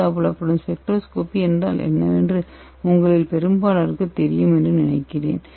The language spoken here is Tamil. UV புலப்படும் ஸ்பெக்ட்ரோஸ்கோபி என்றால் என்னவென்று உங்களில் பெரும்பாலோருக்குத் தெரியும் என்று நினைக்கிறேன்